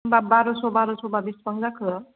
होनबा बारस' बारस' बा बेसेबां जाखो